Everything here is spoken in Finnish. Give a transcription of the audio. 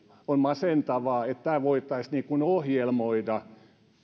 on masentavaa että tämä voitaisiin niin kuin ohjelmoida